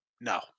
No